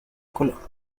colombia